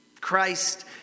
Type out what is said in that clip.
Christ